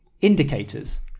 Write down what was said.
Indicators